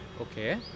Okay